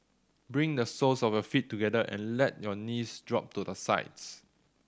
bring the soles of your feet together and let your knees drop to the sides